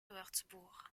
wurtzbourg